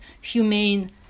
humane